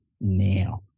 now